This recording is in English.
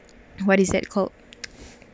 what is that called